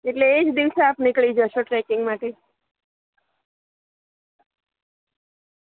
એટલે એ જ દિવસે આપ નીકળી જશો ટ્રેકિંગ માટે